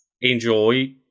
enjoy